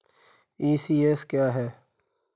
ECS क्या है?